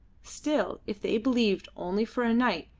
still, if they believed only for a night,